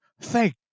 thank